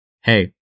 hey